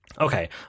okay